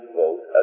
vote